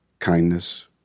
kindness